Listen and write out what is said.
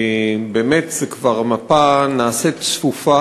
באמת, המפה נעשית צפופה